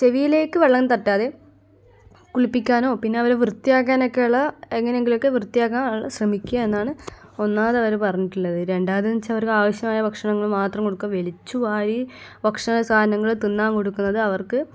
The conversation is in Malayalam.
ചെവിയിലേക്ക് വെള്ളം തട്ടാതെ കുളിപ്പിക്കാനോ പിന്നെ അവരെ വൃത്തിയാക്കാനൊക്കെയുള്ള എങ്ങനെയെങ്കിലുമൊക്കെ വൃത്തിയാക്കാൻ ആൾ ശ്രമിക്കുക എന്നാണ് ഒന്നാമത് അവർ പറഞ്ഞിട്ടുള്ളത് രണ്ടാമതെന്ന് വെച്ചാൽ അവർ ആവശ്യമായ ഭക്ഷണങ്ങൾ മാത്രം കൊടുക്കുക വലിച്ചു വാരി ഭക്ഷണ സാധനങ്ങൾ തിന്നാൻ കൊടുക്കുന്നത് അവർക്ക്